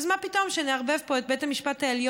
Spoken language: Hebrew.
אז מה פתאום שנערבב פה את בית המשפט העליון,